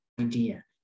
idea